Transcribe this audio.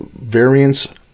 variants